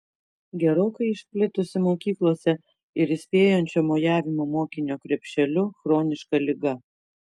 gerokai išplitusi mokyklose ir įspėjančio mojavimo mokinio krepšeliu chroniška liga